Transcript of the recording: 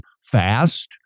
fast